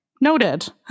Noted